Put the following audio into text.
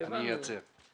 הבנו.